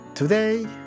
Today